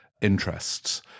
interests